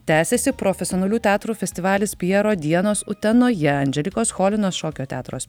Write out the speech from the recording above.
tęsiasi profesionalių teatrų festivalis pjero dienos utenoje andželikos cholinos šokio teatro